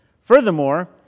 Furthermore